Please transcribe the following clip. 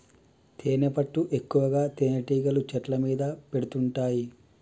తేనెపట్టు ఎక్కువగా తేనెటీగలు చెట్ల మీద పెడుతుంటాయి